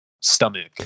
stomach